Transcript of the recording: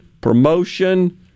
promotion